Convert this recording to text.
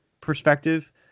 perspective